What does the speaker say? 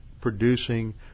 producing